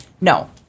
no